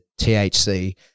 THC